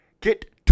Get